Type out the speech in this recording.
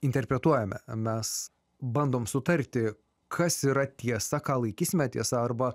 interpretuojame mes bandom sutarti kas yra tiesa ką laikysime tiesa arba